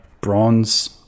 bronze